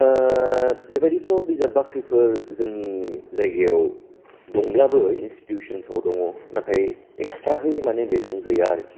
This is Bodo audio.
ओ बेबायदिथ' बिजाब बाख्रिफोर जोंनि जायगायाव दंब्लाबो इन्सटिटिउसनाव दङ नाथाय एक्सट्रयै बेजों गैया आरखि